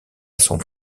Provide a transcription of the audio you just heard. son